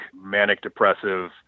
manic-depressive